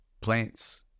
Plants